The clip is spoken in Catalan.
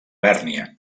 bèrnia